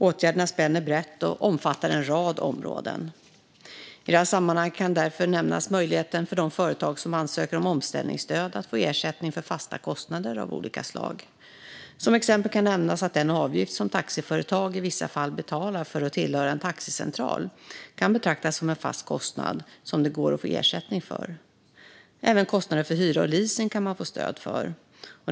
Åtgärderna spänner brett och omfattar en rad områden. I detta sammanhang kan nämnas möjligheten för de företag som ansöker om omställningsstöd att få ersättning för fasta kostnader av olika slag. Som exempel kan den avgift som taxiföretag i vissa fall betalar för att tillhöra en taxicentral betraktas som en fast kostnad som det går att få ersättning för. Även kostnader för hyra och leasing kan man få stöd för.